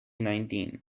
nineteen